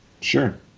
Sure